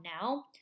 now